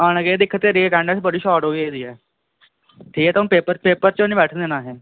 आना केह् दिक्ख तेरी अटेंडेंस बड़ी शार्ट हो गेदी ऐ ठीक ऐ ते हु'न पेपर पेपर च निं बैठन देना असैं